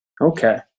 Okay